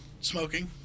smoking